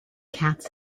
cats